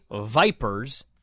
Vipers